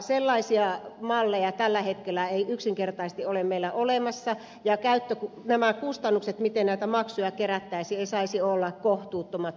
sellaisia malleja tällä hetkellä ei yksinkertaisesti ole meillä olemassa eivätkä nämä kustannukset siinä miten näitä maksuja kerättäisiin saisi olla kohtuuttomat